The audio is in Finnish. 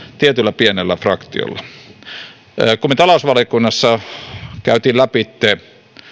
tietyllä pienellä fraktiolla kun me talousvaliokunnassa kävimme lävitse